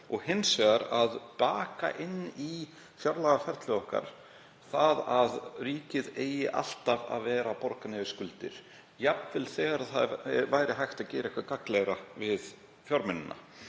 og hins vegar að baka inn í fjárlagaferlið okkar það að ríkið eigi alltaf að vera að borga niður skuldir, jafnvel þegar hægt væri að gera eitthvað gagnlegra við fjármunina.